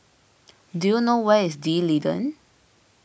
do you know where is D'Leedon